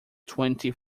twenty